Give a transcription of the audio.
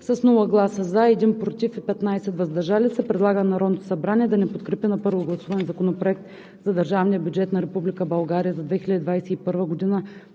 без гласове „за“, 1 „против“ и 15 „въздържал се“ предлага на Народното събрание да не подкрепи на първо гласуване Законопроект за държавния бюджет на Република България за 2021 г.,